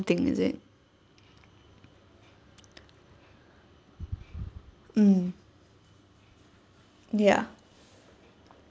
thing is it mm ya